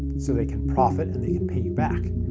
so they can profit and they can pay you back.